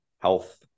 health